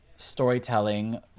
Storytelling